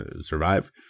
survive